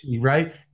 right